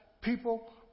people